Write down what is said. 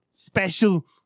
special